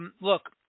Look